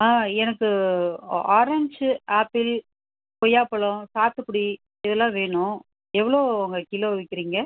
ஆ எனக்கு ஆ orange apple கொய்யாப்பழம் சாத்துக்குடி இதெலாம் வேணும் எவ்வளோ அங்கே கிலோ விற்கிறீங்க